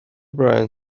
برایان